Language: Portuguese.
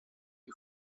que